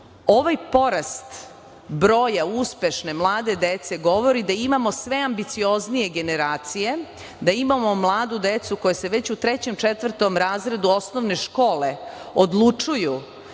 Ovaj porast broja uspešne mlade dece govori da imamo sve ambicioznije generacije, da imamo mladu decu koja se već u četvrtom razredu osnovne škole odlučuju